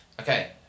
Okay